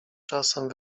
czasem